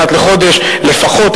אחת לחודש לפחות,